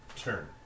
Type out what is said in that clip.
Turn